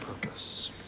purpose